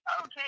Okay